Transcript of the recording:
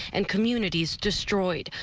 and communities destroyed.